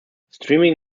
steaming